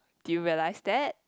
do you realise that